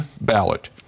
ballot